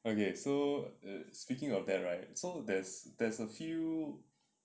okay so speaking of that right so there's there's a few